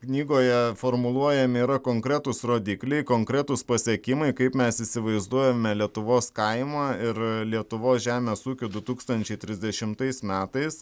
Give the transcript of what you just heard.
knygoje formuluojami yra konkretūs rodikliai konkretūs pasiekimai kaip mes įsivaizduojame lietuvos kaimą ir lietuvos žemės ūkį du tūkstančiai trisdešimtais metais